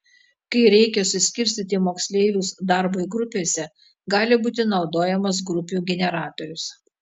kai reikia suskirstyti moksleivius darbui grupėse gali būti naudojamas grupių generatorius